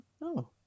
no